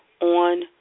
on